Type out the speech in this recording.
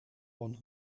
one